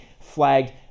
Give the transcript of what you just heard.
flagged